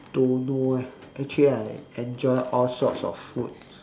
don't know eh actually I enjoy all sorts of food